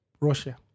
Russia